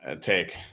take